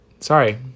Sorry